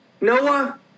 Noah